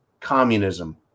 Communism